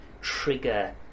trigger